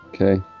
Okay